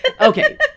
Okay